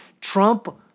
Trump